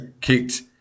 kicked